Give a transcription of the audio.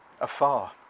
afar